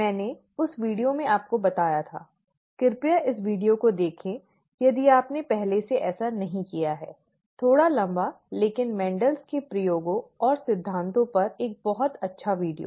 मैंने इस वीडियो को आपको बताया था कृपया इस वीडियो को देखेंयदि आपने पहले से ऐसा नहीं किया है थोड़ा लंबा लेकिन मेंडलMendel's के प्रयोगों और सिद्धांतों पर एक बहुत अच्छा वीडियो